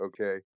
okay